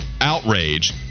outrage